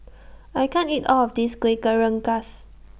I can't eat All of This Kueh Rengas